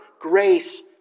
grace